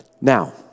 Now